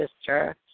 sister